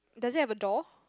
does it have a door